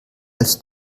als